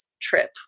trip